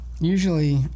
Usually